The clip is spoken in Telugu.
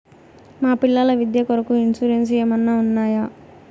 మా పిల్లల విద్య కొరకు ఇన్సూరెన్సు ఏమన్నా ఉన్నాయా?